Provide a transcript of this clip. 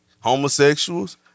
homosexuals